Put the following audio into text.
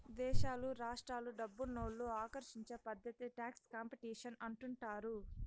దేశాలు రాష్ట్రాలు డబ్బునోళ్ళు ఆకర్షించే పద్ధతే టాక్స్ కాంపిటీషన్ అంటుండారు